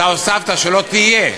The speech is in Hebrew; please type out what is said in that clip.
אתה הוספת שלא תהיה.